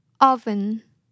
Oven